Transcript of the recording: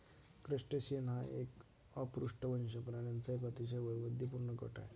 crustacean हा अपृष्ठवंशी प्राण्यांचा एक अतिशय वैविध्यपूर्ण गट आहे